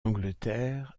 angleterre